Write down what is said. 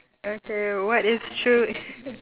okay what is true